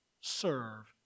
serve